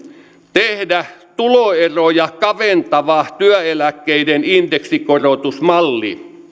tehdä tuloeroja kaventava työeläkkeiden indeksikorotusmalli